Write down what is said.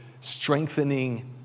strengthening